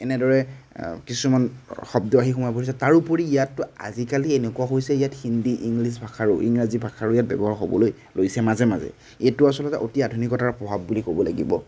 এনেদৰে কিছুমান শব্দ আহি সোমাই পৰিছে তাৰোপৰি ইয়াতটো আজিকালি এনেকুৱা হৈছে ইয়াত হিন্দী ইংলিছ ভাষাৰো ইংৰাজী ভাষাৰো ইয়াত ব্যৱহাৰ হ'বলৈ লৈছে মাজে মাজে এইটো আচলতে অতি আধুনিকতাৰ প্ৰভাৱ বুলি ক'ব লাগিব